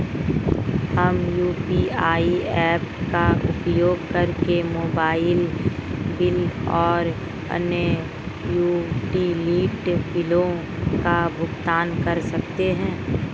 हम UPI apps का उपयोग करके मोबाइल बिल और अन्य यूटिलिटी बिलों का भुगतान कर सकते हैं